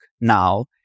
now